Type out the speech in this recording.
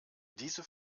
diese